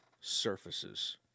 surfaces